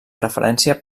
preferència